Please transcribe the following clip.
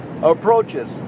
approaches